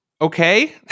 Okay